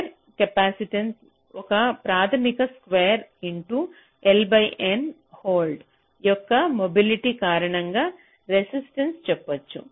wire capacitance ఒక ప్రాథమిక square into L by N hole యొక్క మొబిలిటీ కారణంగా రెసిస్టెన్స చెప్పొచ్చు